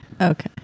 Okay